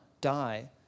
die